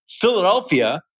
Philadelphia